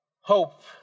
Hope